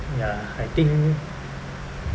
ya I think